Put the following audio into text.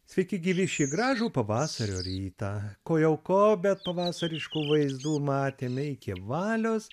sveiki gyvi šį gražų pavasario rytą ko jau ko bet pavasariškų vaizdų matėme iki valios